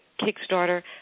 Kickstarter